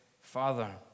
Father